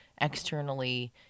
externally